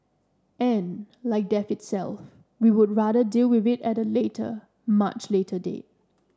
and like death itself we would rather deal with it at a later much later date